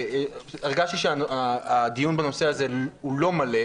הרגשתי שהדיון בנושא הזה הוא לא מלא,